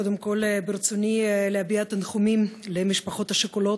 קודם כול, ברצוני להביע תנחומים למשפחות השכולות,